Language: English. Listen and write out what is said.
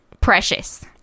precious